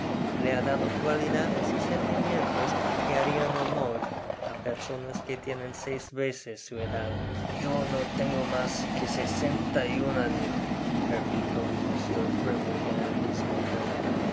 le ha dado cualidades y sentimientos que harian honor á personas que tienen seis veces su edad yo no tengo mas que sesenta y un año replicó mr grimwig en el mismo tono